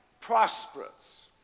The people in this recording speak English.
prosperous